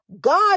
God